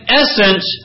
essence